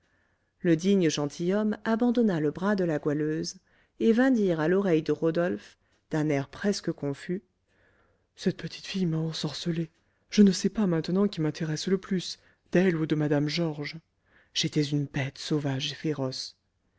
le digne gentilhomme abandonna le bras de la goualeuse et vint dire à l'oreille de rodolphe d'un air presque confus cette petite fille m'a ensorcelé je ne sais pas maintenant qui m'intéresse le plus d'elle ou de mme georges j'étais une bête sauvage et féroce